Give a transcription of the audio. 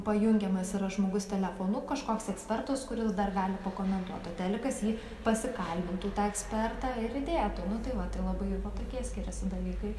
pajungiamas yra žmogus telefonu kažkoks ekspertas kuris dar gali pakomentuot o telikas jį pasikalbintų tą ekspertą ir įdėtų nu tai va tai labai va tokie skiriasi dalykai